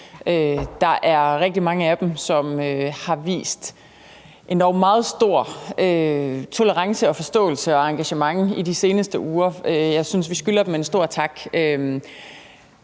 Der er rigtig mange af dem, som har vist endog meget stor tolerance, forståelse og engagement i de seneste uger. Jeg synes, vi skylder dem en stor tak.